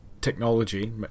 technology